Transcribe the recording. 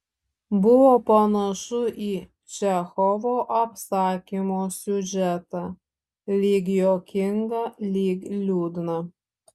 buvo panašu į čechovo apsakymo siužetą lyg juokingą lyg liūdną